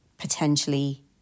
potentially